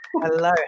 hello